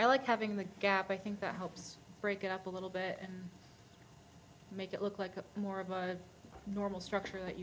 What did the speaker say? i like having the gap i think that helps break it up a little bit and make it look like a more of my normal structure that you